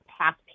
past